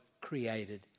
created